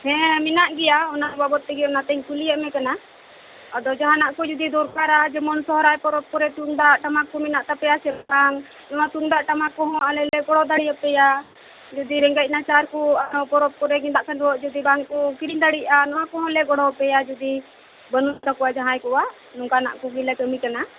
ᱦᱮᱸ ᱢᱮᱱᱟᱜ ᱜᱮᱭᱟ ᱚᱱᱟ ᱵᱟᱵᱚᱛ ᱛᱮᱜᱮ ᱚᱱᱟᱛᱮ ᱠᱩᱞᱤᱭᱮᱫᱢᱮ ᱠᱟᱱᱟ ᱟᱫᱚ ᱡᱟᱦᱟᱱᱟᱜ ᱠᱩ ᱡᱩᱫᱤ ᱫᱚᱨᱠᱟᱨᱟ ᱡᱮᱢᱚᱱ ᱥᱚᱦᱚᱨᱟᱭ ᱯᱚᱨᱚᱵᱽ ᱠᱚᱨᱮ ᱛᱩᱢᱫᱟᱜ ᱴᱟᱢᱟᱠ ᱠᱚ ᱢᱮᱱᱟᱜ ᱛᱟᱯᱮᱭᱟ ᱥᱮ ᱵᱟᱝ ᱚᱱᱟ ᱛᱩᱢᱫᱟᱜ ᱴᱟᱢᱟᱠ ᱠᱚᱦᱚᱸ ᱟᱞᱮ ᱞᱮ ᱜᱚᱲ ᱫᱟᱲᱮᱭᱟᱯᱮᱭᱟ ᱡᱩᱫᱤ ᱨᱮᱜᱮᱡᱽ ᱱᱟᱪᱟᱨ ᱠᱚ ᱟᱨᱦᱚᱸ ᱯᱚᱨᱚᱵᱽ ᱠᱚᱨᱮ ᱜᱮᱫᱟᱜ ᱠᱷᱟᱹᱰᱩᱭᱟᱹ ᱡᱩᱫᱤ ᱵᱟᱝ ᱠᱚ ᱠᱤᱨᱤᱧ ᱫᱟᱲᱮᱭᱟᱜᱼᱟ ᱱᱚᱣᱟ ᱠᱚᱦᱚᱸ ᱞᱮ ᱜᱚᱲᱚ ᱟᱯᱮᱭᱟ ᱡᱩᱫᱤ ᱵᱟᱱᱩᱜ ᱛᱟᱠᱳᱭᱟ ᱡᱟᱦᱟᱭ ᱠᱚᱣᱟᱜ ᱱᱚᱝᱠᱟᱱᱟᱜ ᱠᱚᱜᱮ ᱞᱮ ᱠᱟᱹᱢᱤ ᱠᱟᱱᱟ